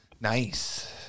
nice